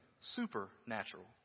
supernatural